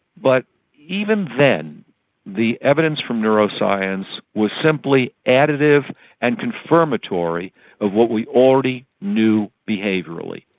but even then the evidence from neuroscience was simply additive and confirmatory of what we already knew behaviourally.